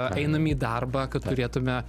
einam į darbą kad turėtume